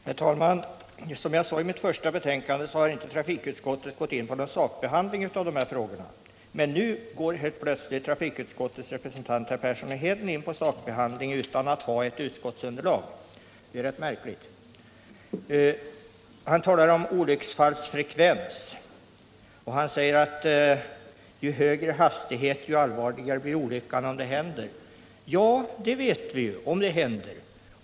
trafikföreskrifter, Herr talman! Som jag sade i mitt första anförande har inte trafikut = Mm.m. skottet gjort någon sakbehandling av min motion. Men nu går trafik handling utan att ha ett utskottsunderlag. Det är märkligt! Arne Persson talade om olycksfallsfrekvensen och sade att ju högre hastighet man har desto allvarligare blir olyckan om den händer. Ja, det vet vi — om den händer.